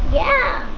yeah!